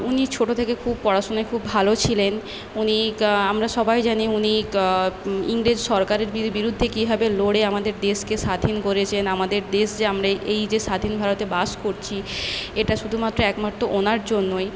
উনি ছোটো থেকে খুব পড়াশোনায় খুব ভালো ছিলেন উনি কা আমরা সবই জানি উনি কা ইংরেজ সরকারের বিরি বিরুদ্ধে কীভাবে লড়ে আমাদের দেশকে স্বাধীন করেছেন আমাদের দেশ যে আমরা এই এই যে স্বাধীন ভারতে বাস করছি এটা শুধুমাত্র একমাত্র ওনার জন্যই